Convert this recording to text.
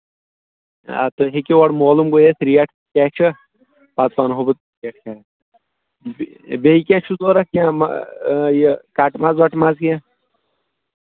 آ تُہۍ ہیٚکِو اورٕ مولوٗم گۄڈنٮ۪تھ ریٹ کیٛاہ چھِ پَتہٕ وَنہو بہٕ بیٚیہِ بیٚیہِ کیٛاہ چھُ ضوٚرَتھ یہِ کَٹہٕ ماز وَٹہٕ ماز کیٚنہہ